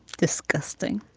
disgusting.